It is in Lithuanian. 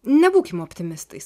nebūkim optimistai